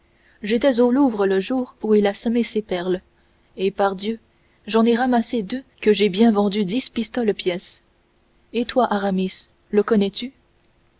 j'étais au louvre le jour où il a semé ses perles et pardieu j'en ai ramassé deux que j'ai bien vendues dix pistoles pièce et toi aramis le connais-tu